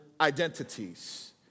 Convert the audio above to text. identities